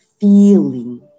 feeling